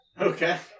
Okay